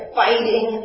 fighting